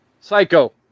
Psycho